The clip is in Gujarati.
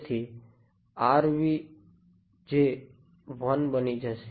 તેથી જે 1 બની જશે